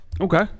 Okay